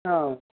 ꯑꯥ